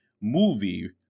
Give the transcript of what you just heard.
movie